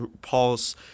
Paul's